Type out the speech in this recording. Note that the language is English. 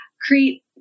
create